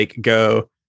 go